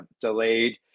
delayed